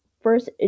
First